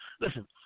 Listen